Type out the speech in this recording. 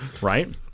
Right